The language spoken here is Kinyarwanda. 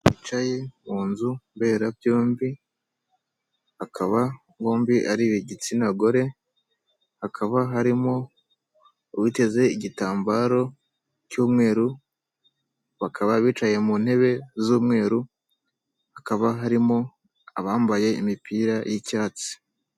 Bicaye mu nzu mberabyombi akaba bombi ari igitsina gore, hakaba harimo uwiteze igitambaro cy'umweru, bakaba bicaye mu ntebe z'umweru hakaba harimo abambaye imipira y'icyatsi.